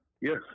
Yes